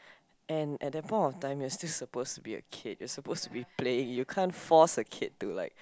and at that point of time you are still supposed to be a kid you are supposed to be playing you can't force a kid to like